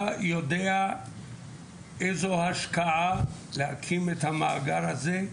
אתה יודע איזו השקעה להקים את המאגר הזה?